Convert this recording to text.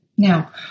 Now